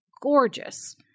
gorgeous